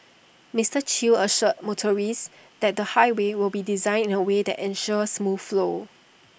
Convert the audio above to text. Mister chew assured motorists that the highway will be designed in A way that ensures smooth flow